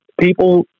people